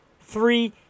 Three